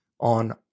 on